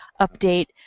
update